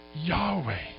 Yahweh